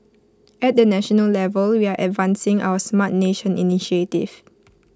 at the national level we are advancing our Smart Nation initiative